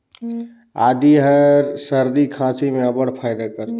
आदी हर सरदी खांसी में अब्बड़ फएदा करथे